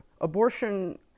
Abortion